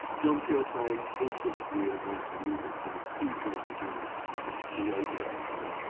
john peele played all sort of weird and wonderful music from a huge range of genres, i was a teenager at the time,